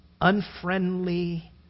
unfriendly